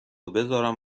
بذارم